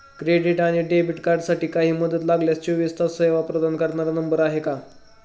Credit आणि debit कार्डसाठी काही मदत लागल्यास चोवीस तास सेवा प्रदान करणारा नंबर आहे का?